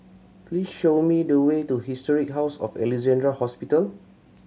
please show me the way to Historic House of Alexandra Hospital